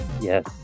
Yes